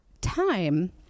time